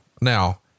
Now